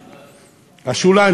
השוליים,